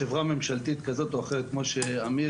ויש עוד ספורטאית שגם גרה באזור הדרום,